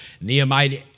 Nehemiah